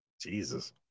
Jesus